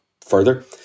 further